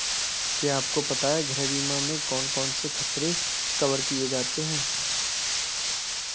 गृह बीमा में कौन कौन से खतरे कवर किए जाते हैं?